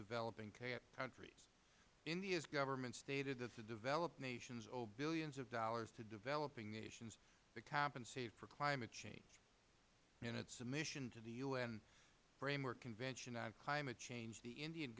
developing countries india's government stated that the developed nations owe billions of dollars to developing nations to compensate for climate change in its submission to the u n framework convention on climate change the indian